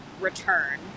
return